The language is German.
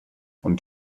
und